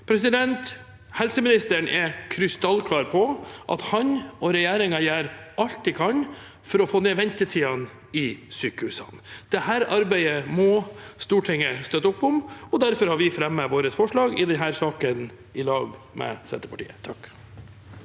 retning. Helseministeren er krystallklar på at han og regjeringen gjør alt de kan for å få ned ventetidene i sykehusene. Dette arbeidet må Stortinget støtte opp om, og derfor har vi fremmet forslag i denne saken, sammen med Senterpartiet. Anna